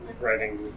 writing